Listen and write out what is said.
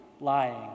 lying